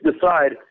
decide